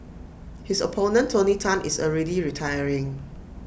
his opponent tony Tan is already retiring